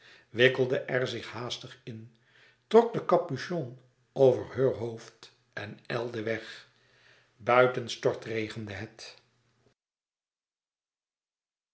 wikkelde er zich haastig in trok den capuchon over heur hoofd en ijlde weg buiten stortregende het